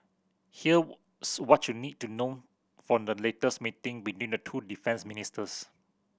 here's what you need to know from the latest meeting between the two defence ministers